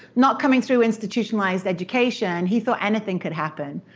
not coming through institutionalized education, he thought anything could happen.